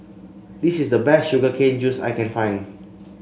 this is the best Sugar Cane Juice I can find